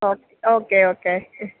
oh okay okay